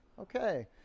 okay